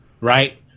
right